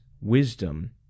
wisdom